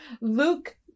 Luke